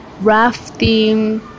rafting